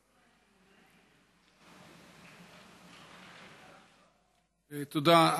תודה.